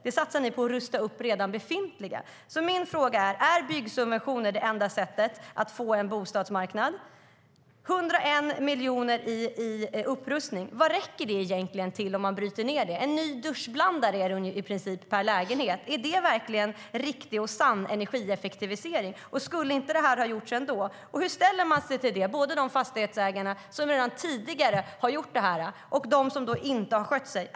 Det satsar ni på att rusta upp redan befintliga. Min frågor är: Är byggsubventioner det enda sättet att få en bostadsmarknad? Vad räcker 301 miljoner i upprustning egentligen till om man bryter ned det? Det är i princip en ny duschblandare per lägenhet. Är det verkligen riktig och sann energieffektivisering? Skulle inte det ha gjorts ändå? Hur ställer man sig till de fastighetsägare som redan tidigare har gjort detta och de som inte har skött sig?